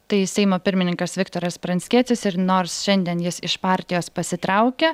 tai seimo pirmininkas viktoras pranckietis ir nors šiandien jis iš partijos pasitraukia